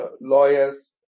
lawyers